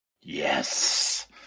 Yes